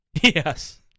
Yes